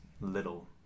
little